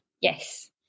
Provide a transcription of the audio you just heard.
Yes